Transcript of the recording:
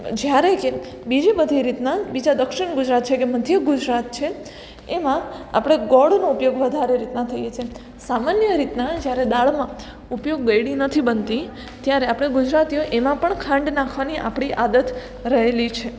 જ્યારે કે બીજી બધી રીતના બીજા દક્ષિણ ગુજરાત છે કે મધ્ય ગુજરાત છે એમાં આપણે ગોળનો ઉપયોગ વધારે રીતના થઈએ છે સામાન્ય રીતના એ જ્યારે દાળમાં ઉપયોગ ગળી નથી બનતી ત્યારે આપણે ગુજરાતીઓ એ એમાં પણ ખાંડ નાખવાની આપણી આદત રહેલી છે